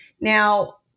Now